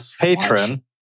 patron